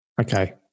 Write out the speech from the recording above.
Okay